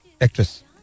Actress